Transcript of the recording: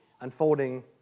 unfolding